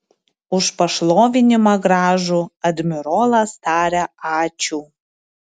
už pašlovinimą gražų admirolas taria ačiū